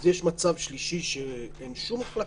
אז יש מצב שלישי שאין שום החלטה?